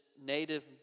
native